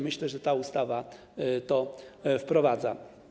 Myślę, że ta ustawa to wprowadza.